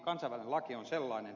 kansainvälinen laki on sellainen